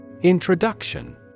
Introduction